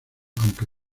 aunque